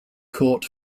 caught